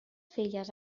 filles